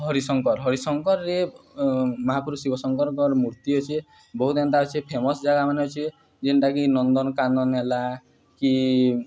ହରିଶଙ୍କର ହରିଶଙ୍କରରେ ମହାପୁରୁ ଶିବ ଶଙ୍କରଙ୍କର ମୂର୍ତ୍ତି ଅଛେ ବହୁତ ଏନ୍ତା ଅଛେ ଫେମସ୍ ଜାଗା ମାନେ ଅଛେ ଯେନ୍ଟାକି ନନ୍ଦନକାନନ ହେଲା କି